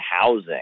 housing